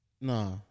Nah